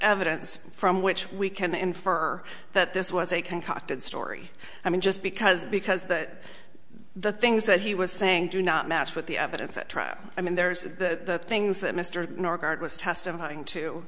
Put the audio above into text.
evidence from which we can infer that this was a concocted story i mean just because because that the things that he was saying do not match with the evidence at trial i mean there's the things that mr norgaard was testifying to